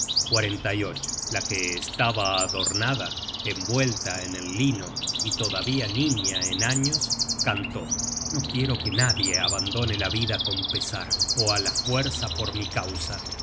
que nos agrade la que estaba adornada envuelta en el lino y todavía niña en años cantó no quiero que nadie abandone la vida con pesar ó á la fuerza por mi causa